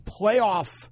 playoff